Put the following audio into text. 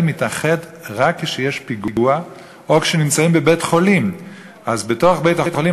מתאחד רק כשיש פיגוע או כשנמצאים בבית-חולים?